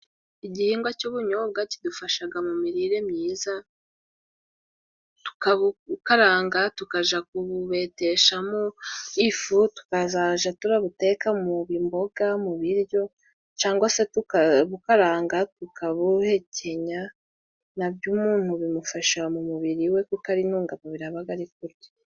Igihingwa cy'ubunyobwa kidufasha mu mirire myiza tukabukaranga, tukajya kububeteshamo ifu tukazajya turabuteka mu mboga mu biryo, cyangwa se tukabukaranga tukabuhekenya na byo umuntu bimufasha mu mubiri we, kuko ari intungamubiri aba ari kurya.